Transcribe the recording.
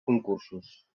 concursos